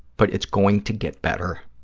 but it's going to get better.